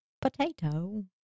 Potato